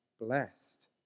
blessed